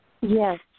Yes